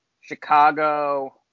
Chicago